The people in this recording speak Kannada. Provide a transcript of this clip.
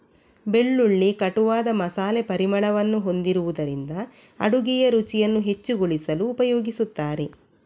ಬೆಳ್ಳುಳ್ಳಿ ಕಟುವಾದ ಮಸಾಲೆ ಪರಿಮಳವನ್ನು ಹೊಂದಿರುವುದರಿಂದ ಅಡುಗೆಯ ರುಚಿಯನ್ನು ಹೆಚ್ಚುಗೊಳಿಸಲು ಉಪಯೋಗಿಸುತ್ತಾರೆ